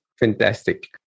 Fantastic